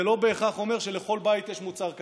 זה לא בהכרח אומר שלכל בית יש מוצר קצה,